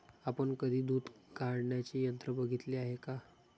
आपण कधी दूध काढण्याचे यंत्र बघितले आहे का?